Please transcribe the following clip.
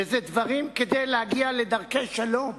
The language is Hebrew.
ואלה דברים כדי להגיע לדרכי שלום